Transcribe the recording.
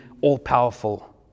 all-powerful